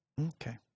Okay